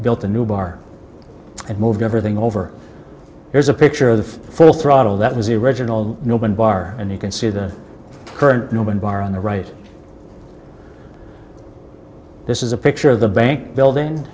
built the new bar and moved everything over here's a picture of the full throttle that was the original nomen bar and you can see the current moment bar on the right this is a picture of the bank building